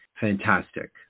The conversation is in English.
Fantastic